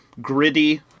gritty